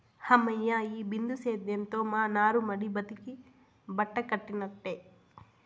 హమ్మయ్య, ఈ బిందు సేద్యంతో మా నారుమడి బతికి బట్టకట్టినట్టే